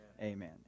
Amen